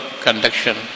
conduction